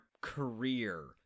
career